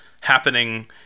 happening